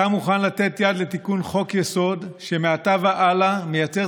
אתה מוכן לתת יד לתיקון חוק-יסוד שמעתה והלאה מייצר